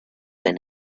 been